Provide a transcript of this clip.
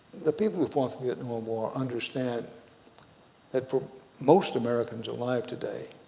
the people who fought the vietnam ah war understand that for most americans alive today,